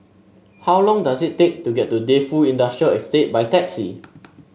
how long does it take to get to Defu Industrial Estate by taxi